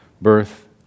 Birth